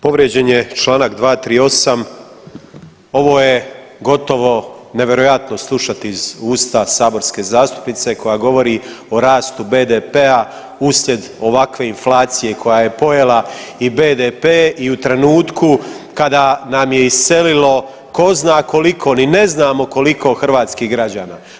Povrijeđen je čl. 238. ovo je gotovo nevjerojatno slušati iz usta saborske zastupnice koja govori o rastu BDP-a uslijed ovakve inflacije koja je pojela i BDP i u trenutku kada nam je iselilo ko zna koliko, ni ne znamo koliko hrvatskih građana.